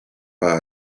par